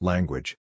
Language